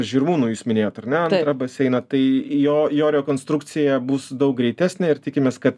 žirmūnų jūs minėjot ar ne antrą baseiną tai jo jo rekonstrukcija bus daug greitesnė ir tikimės kad